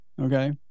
Okay